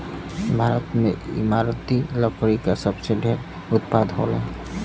भारत में इमारती लकड़ी क सबसे ढेर उत्पादन होला